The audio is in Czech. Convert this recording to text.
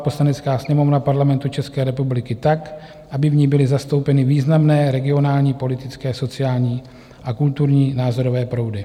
Poslanecká sněmovna Parlamentu České republiky tak, aby v ní byly zastoupeny významné regionální, politické, sociální a kulturní názorové proudy.